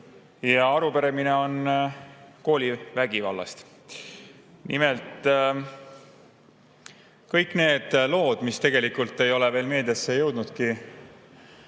ja arupärimine on koolivägivalla kohta. Nimelt, kõik need lood, mis tegelikult ei ole veel meediasse jõudnudki,